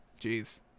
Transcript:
Jeez